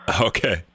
Okay